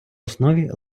основі